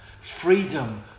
Freedom